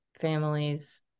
families